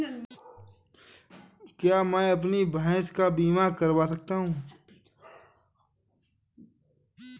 क्या मैं अपनी भैंस का बीमा करवा सकता हूँ?